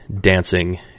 dancing